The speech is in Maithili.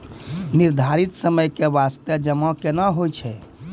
निर्धारित समय के बास्ते जमा केना होय छै?